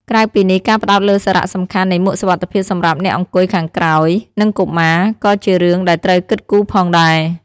ក្រៅពីនេះ ការផ្តោតលើសារៈសំខាន់នៃមួកសុវត្ថិភាពសម្រាប់អ្នកអង្គុយខាងក្រោយ និងកុមារ ក៏ជារឿងដែលត្រូវគិតគូផងដែរ។